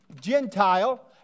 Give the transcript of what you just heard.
Gentile